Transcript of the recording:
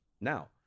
Now